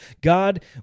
God